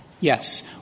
Yes